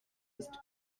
ist